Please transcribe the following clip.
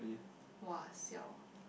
!wah! siao